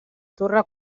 torre